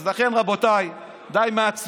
אז לכן, רבותיי, די עם הצביעות,